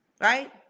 right